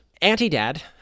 Anti-dad